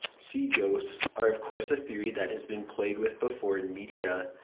sea ghosts, are of course a theory that has been played with before in media,